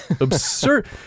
absurd